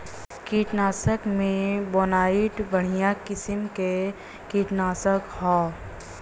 कीटनाशक में बोनाइट बढ़िया किसिम क कीटनाशक हौ